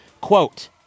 quote